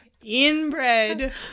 inbred